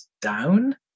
down